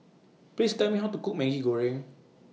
Please Tell Me How to Cook Maggi Goreng